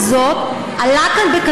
אני רוצה להודות במיוחד